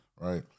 right